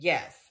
Yes